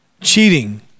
cheating